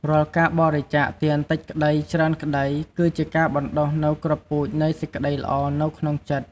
រាល់ការបរិច្ចាគទានតិចក្តី ច្រើនក្តី គឺជាការបណ្ដុះនូវគ្រាប់ពូជនៃសេចក្ដីល្អនៅក្នុងចិត្ត។